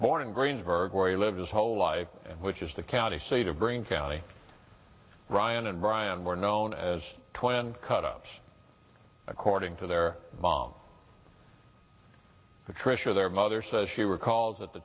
morning greensburg where he lived his whole life which is the county seat of green county ryan and ryan were known as twin cut ups according to their mom patricia their mother says she recalls at the